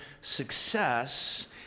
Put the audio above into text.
success